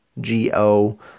G-O